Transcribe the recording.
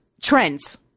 trends